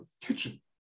kitchen